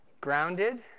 Grounded